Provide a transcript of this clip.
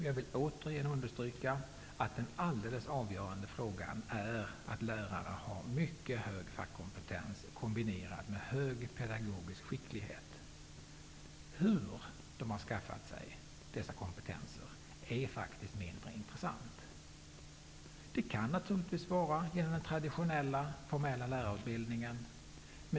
Jag vill återigen understryka att den alldeles avgörande frågan är att lärare har mycket hög fackkompetens kombinerad med hög pedagogisk skicklighet. Hur de har skaffat sig denna kompetens är faktiskt mindre intressant. Det kan naturligtvis vara genom den traditionella formella lärarutbildningen.